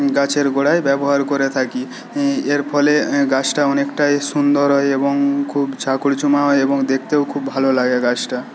গাছের গোড়ায় ব্যবহার করে থাকি এর ফলে গাছটা অনেকটাই সুন্দর হয় এবং খুব ঝাকড়ঝুমা হয় এবং দেখতেও খুব ভালো লাগে গাছটা